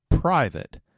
private